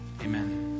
Amen